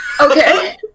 Okay